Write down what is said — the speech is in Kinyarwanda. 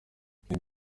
ibi